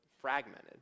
fragmented